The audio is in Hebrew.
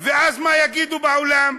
ואז, מה יגידו בעולם?